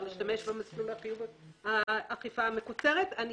להשתמש במסלול החיוב של האכיפה המקוצרת.